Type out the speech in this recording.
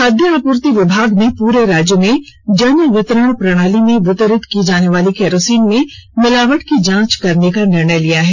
खाद्य आपूर्ति विभाग ने पूरे राज्य में जन वितरण प्रणाली में वितरित की जाने वाली केरोसिन में मिलावट की जांच कराने का निर्णय लिया है